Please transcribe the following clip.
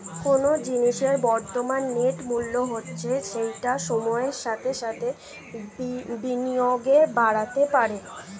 কোনো জিনিসের বর্তমান নেট মূল্য হচ্ছে যেটা সময়ের সাথে সাথে বিনিয়োগে বাড়তে পারে